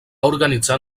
organitzar